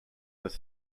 their